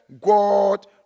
God